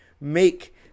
make